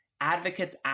advocates